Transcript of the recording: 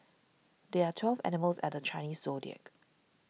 there are twelve animals at the Chinese zodiac